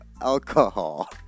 alcohol